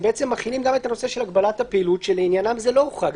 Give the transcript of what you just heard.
הם בעצם מכינים גם את הנושא של הגבלת הפעילות שלעניינם זה לא הוחרג.